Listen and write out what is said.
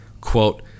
Quote